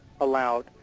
allowed